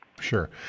Sure